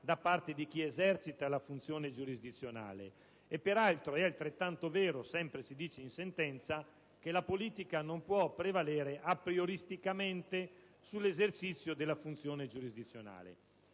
da parte di chi esercita la funzione giurisdizionale. Peraltro, è altrettanto vero - si dice sempre in sentenza - che la politica non può prevalere aprioristicamente sull'esercizio della funzione giurisdizionale.